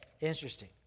interesting